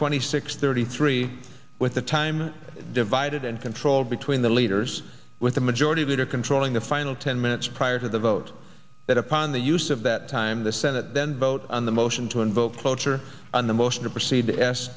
twenty six thirty three with the time divided and controlled between the leaders with the majority leader controlling the final ten minutes prior to the vote that upon the use of that time the senate then vote on the motion to invoke cloture on the motion to proceed to as